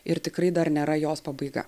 ir tikrai dar nėra jos pabaiga